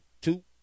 two